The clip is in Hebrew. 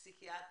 פסיכיאטר,